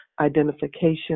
identification